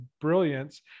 brilliance